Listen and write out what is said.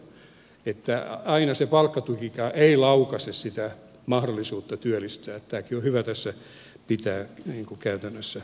niin että aina se palkkatukikaan ei laukaise sitä mahdollisuutta työllistää tämäkin on hyvä tässä pitää niin kuin käytännössä mielessä